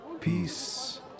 Peace